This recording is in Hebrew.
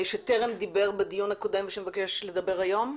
שטרם דיבר בדיון הקודם, ושמבקש לדבר היום?